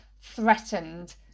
threatened